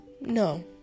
No